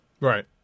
Right